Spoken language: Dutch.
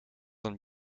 een